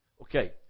Okay